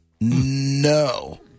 No